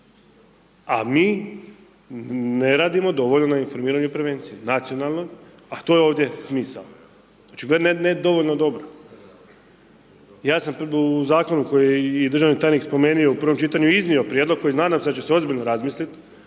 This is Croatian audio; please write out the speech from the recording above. A mi ne radimo dovoljno na informiranju prevencije nacionalnoj a to je ovdje smisao. Znači ne dovoljno dobro. Ja sam u zakonu koji je i državni tajnik spomenuo u prvom čitanju, iznio prijedlog koji nadam se da će se ozbiljno razmislit,